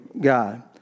God